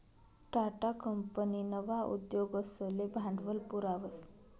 Tata company नवा उद्योगसले भांडवल पुरावस